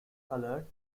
colored